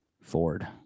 Ford